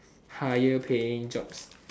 higher paying jobs